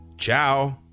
Ciao